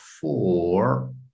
four